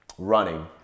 running